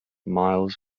miles